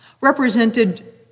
represented